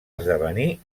esdevenir